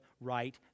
right